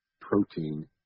protein